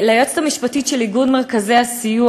ליועצת המשפטית של איגוד מרכזי הסיוע,